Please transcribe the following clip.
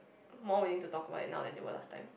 more willing to talk about it now than they were last time